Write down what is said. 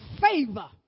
favor